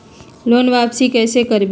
Loan वापसी कैसे करबी?